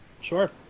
Sure